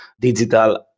digital